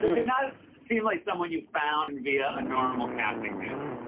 did not seem like someone you found via a normal casting table.